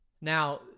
Now